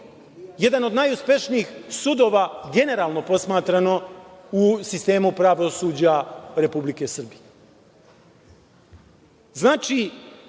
jedan od najuspešnijih sudova, generalno posmatrano, u sistemu pravosuđa Republike Srbije.